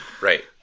Right